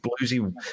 bluesy